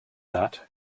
that